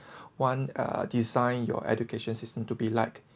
one uh design your education system to be like